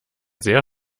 sehr